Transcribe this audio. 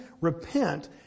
Repent